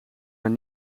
naar